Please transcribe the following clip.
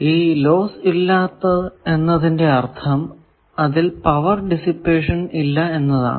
ഈ ലോസ് ഇല്ലാത്ത എന്നതിന്റെ അർഥം അതിൽ പവർ ഡിസിപ്പേഷൻ ഇല്ല എന്നതാണ്